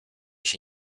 się